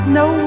no